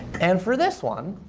and for this one,